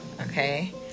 Okay